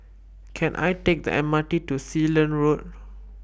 Can I Take The M R T to Sealand Road